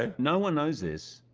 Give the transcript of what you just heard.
ah no one knows this.